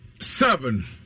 seven